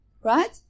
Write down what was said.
right